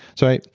so,